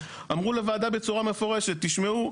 אמרו לוועדה בצורה מפורשת תשמעו,